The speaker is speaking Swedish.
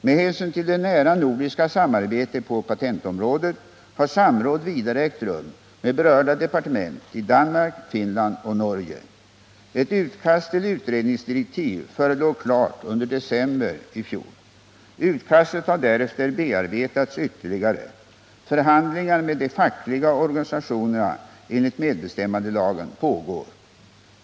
Med hänsyn till det nära nordiska samarbetet på patentområdet har samråd vidare ägt rum med berörda departement i Danmark, Finland och Norge. Ett utkast till utredningsdirektiv förelåg klart under december månad i fjol. Utkastet har därefter bearbetats ytterligare. Förhandlingar med de fackliga organisationerna enligt medbestämmandelagen pågår.